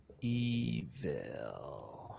Evil